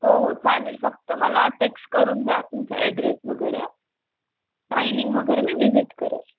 हो हो चालेल फक्त मला टेक्स्ट करून द्या तुमचा ॲड्रेस वगैरे टायमिंग वगैरे मी व्हिजिट करेल